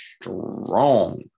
strong